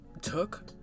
took